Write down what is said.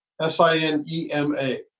S-I-N-E-M-A